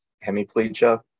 hemiplegia